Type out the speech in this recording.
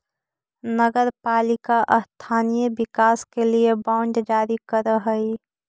नगर पालिका स्थानीय विकास के लिए बांड जारी करऽ हई